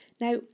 Now